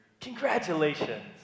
congratulations